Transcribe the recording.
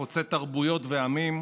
חוצת תרבויות ועמים,